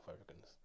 Africans